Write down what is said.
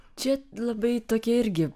čia labai tokie irgi